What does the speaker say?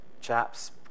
chaps